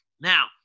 Now